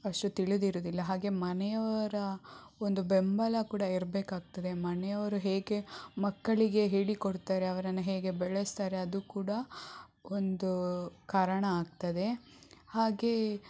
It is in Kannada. ಅಷ್ಟು ತಿಳಿದಿರುವುದಿಲ್ಲ ಹಾಗೆ ಮನೆಯವರ ಒಂದು ಬೆಂಬಲ ಕೂಡ ಇರಬೇಕಾಗ್ತದೆ ಮನೆಯವರು ಹೇಗೆ ಮಕ್ಕಳಿಗೆ ಹೇಳಿಕೊಡ್ತಾರೆ ಅವರನ್ನು ಹೇಗೆ ಬೆಳೆಸ್ತಾರೆ ಅದು ಕೂಡ ಒಂದು ಕಾರಣ ಆಗ್ತದೆ ಹಾಗೆ